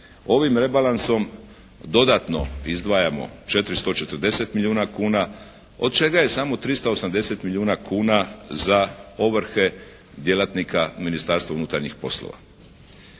Ovim rebalansom dodatno izdvajamo 440 milijuna kuna od čega je samo 380 milijuna kuna za ovrhe djelatnika Ministarstva unutarnjih poslova.